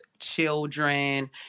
children